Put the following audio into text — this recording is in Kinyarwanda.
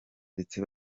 ndetse